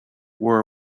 were